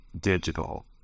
digital